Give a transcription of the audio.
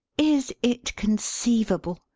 is it conceivable,